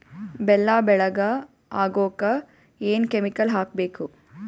ಬೆಲ್ಲ ಬೆಳಗ ಆಗೋಕ ಏನ್ ಕೆಮಿಕಲ್ ಹಾಕ್ಬೇಕು?